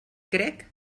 crec